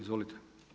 Izvolite.